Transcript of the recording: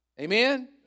Amen